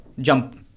jump